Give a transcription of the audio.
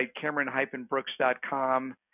cameron-brooks.com